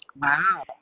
Wow